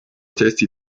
tasty